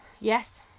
Yes